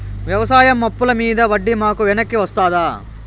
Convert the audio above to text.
వ్యవసాయ అప్పుల మీద వడ్డీ మాకు వెనక్కి వస్తదా?